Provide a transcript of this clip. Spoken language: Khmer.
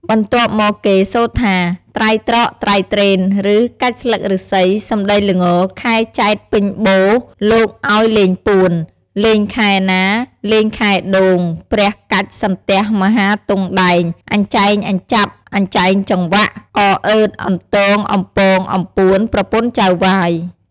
បន្ទាប់មកគេ សូត្រថា "ត្រៃត្រក ត្រៃត្រេន" ឬ "កាច់ស្លឹកឬស្សី សំដីល្ង ខែចែត្រ ពេញបូណ៌ លោកឱ្យលេងពួន លេងខែណា លេងខែដូងព្រះកាច់សន្ទះមហាទង់ដែង អញ្ចែងអញ្ចាប់ អញ្ចែងចង្វាក់ អអឺត អន្ទង អំពងអំពួន ប្រពន្ធចៅហ្វាយ។